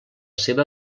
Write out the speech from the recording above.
seva